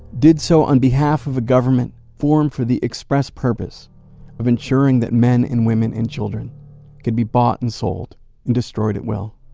did so on behalf of a government formed for the express purpose of ensuring that men and women and children could be bought and sold and destroyed at will.